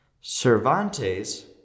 Cervantes